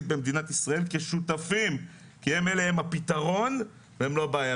במדינת ישראל כשותפים כי אלה הם הפתרון והם לא הבעיה.